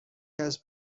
کسی